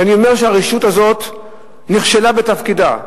ואני אומר שהרשות הזאת נכשלה בתפקידה.